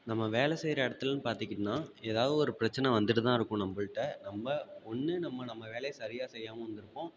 நம்ம வேலை செய்யுற இடத்துலன்னு பார்த்திக்கிட்னா எதாவது ஒரு பிரச்சனை வந்துகிட்டு தான் இருக்கும் நம்புள்கிட்ட நம்ப ஒன்று நம்ம நம்ம வேலையை சரியாக செய்யாமல் வந்துருப்போம்